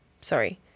sorry